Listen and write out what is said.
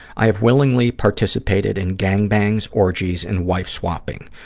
i have willingly participated in gang-bangs, orgies and wife-swapping.